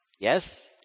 Yes